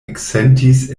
eksentis